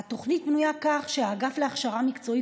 התוכנית בנויה כך שהאגף להכשרה מקצועית